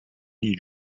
ils